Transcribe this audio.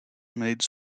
made